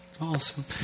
Awesome